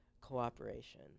cooperation